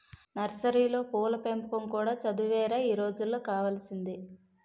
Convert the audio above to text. నర్సరీలో పూల పెంపకం కూడా చదువేరా ఈ రోజుల్లో కావాల్సింది